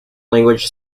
language